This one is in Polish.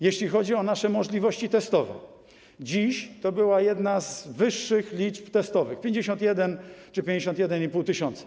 Jeśli chodzi o nasze możliwości testowe, dziś to była jedna z wyższych liczb testowych, 51 czy 51,5 tys.